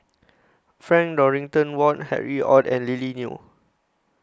Frank Dorrington Ward Harry ORD and Lily Neo